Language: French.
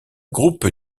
groupe